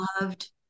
loved